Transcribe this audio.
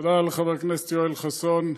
תודה לחבר הכנסת יואל חסון.